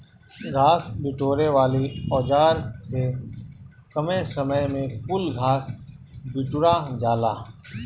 घास बिटोरे वाली औज़ार से कमे समय में कुल घास बिटूरा जाला